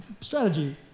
strategy